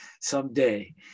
Someday